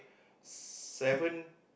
seven